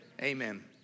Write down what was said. Amen